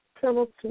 penalty